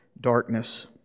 darkness